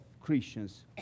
Christians